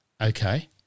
Okay